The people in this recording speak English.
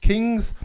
kings